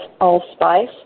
allspice